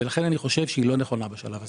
לכן, אני חושב שהיא לא נכונה בשלב הזה.